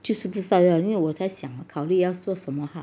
就是不知道要因为我在想考虑要做什么好